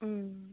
ம்